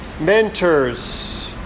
mentors